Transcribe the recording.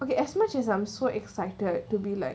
okay as much as I'm so excited to be like